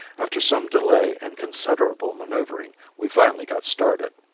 after some delay and considerable maneuvering we finally got started.